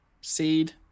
seed